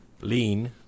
Lean